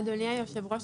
אדוני היושב ראש,